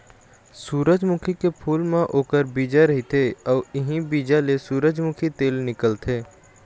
सूरजमुखी के फूल म ओखर बीजा रहिथे अउ इहीं बीजा ले सूरजमूखी तेल निकलथे